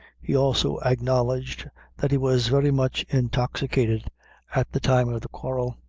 he also acknowledged that he was very much intoxicated at the time of the quarrel,